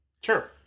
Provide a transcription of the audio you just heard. Sure